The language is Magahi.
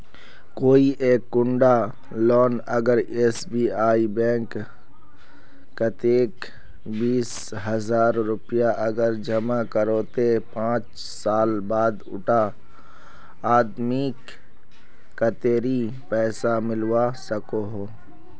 कोई एक कुंडा लोग अगर एस.बी.आई बैंक कतेक बीस हजार रुपया अगर जमा करो ते पाँच साल बाद उडा आदमीक कतेरी पैसा मिलवा सकोहो?